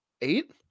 Eight